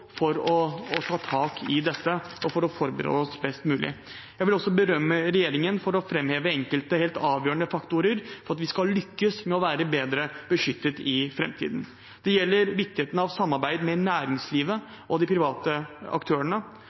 Jeg vil også berømme regjeringen for å framheve enkelte helt avgjørende faktorer for at vi skal lykkes med å være bedre beskyttet i framtiden. Det gjelder viktigheten av samarbeid med næringslivet og de private aktørene.